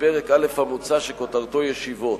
בפרק א' המוצע, שכותרתו "ישיבות".